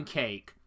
cake